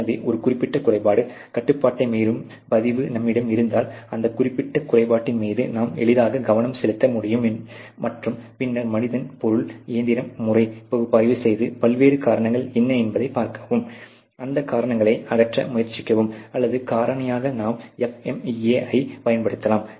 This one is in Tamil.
எனவே ஒரு குறிப்பிட்ட குறைபாடு கட்டுப்பாட்டை மீறும் பதிவு நம்மிடம் இருந்தால் அந்த குறிப்பிட்ட குறைபாட்டின் மீது நாம் எளிதாக கவனம் செலுத்த முடியும் மற்றும் பின்னர் மனிதன் பொருள் இயந்திரம் முறை பகுப்பாய்வு செய்து பல்வேறு காரணங்கள் என்ன என்பதைப் பார்க்கவும் அந்த காரணங்களை அகற்ற முயற்சிக்கவும் அல்லது காரணியாக நாம் FMEA ஐச் பயன்படுத்தலாம்